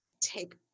take